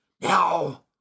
Now